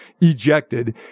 ejected